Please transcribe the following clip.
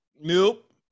Nope